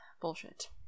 bullshit